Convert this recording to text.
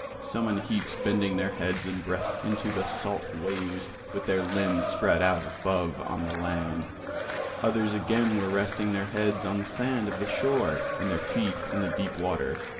some in heaps bending their heads and breasts into the salt waves with their limbs spread out above on the land others again were resting their heads on the sand of the shore and their feet in the deep water,